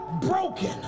broken